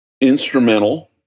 instrumental